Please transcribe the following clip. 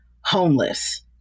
homeless